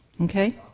okay